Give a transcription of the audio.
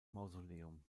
mausoleum